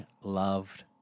loved